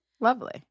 Lovely